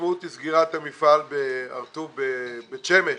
המשמעות היא סגירת המפעל בהר טוב, בבית שמש.